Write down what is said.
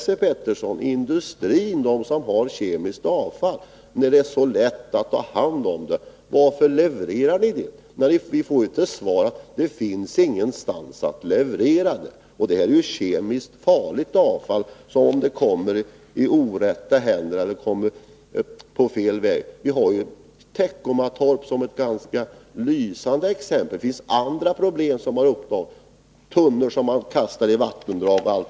Om det är så lätt att ta hand om det kemiska avfallet, Esse Petersson, kan man fråga den industri som har sådant avfall varför den inte levererar det. Man får då till svar att det inte finns något ställe dit industrin kan leverera avfallet. Det gäller ju kemiskt farligt avfall, som inte får komma på fel väg. Vi har Teckomatorp såsom ett lysande exempel. Det förekommer också fall med tunnor som har kastats i vattendrag.